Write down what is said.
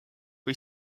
või